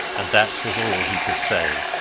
and that was all he could say.